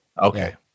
Okay